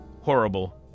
Horrible